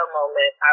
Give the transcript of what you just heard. moment